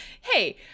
hey